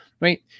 right